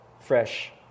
fresh